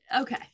Okay